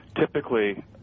typically –